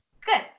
Good